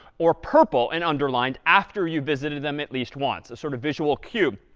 or purple and underlined after you visited them at least once, a sort of visual cue.